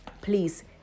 Please